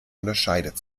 unterscheidet